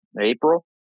April